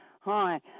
Hi